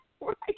right